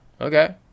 Okay